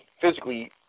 physically –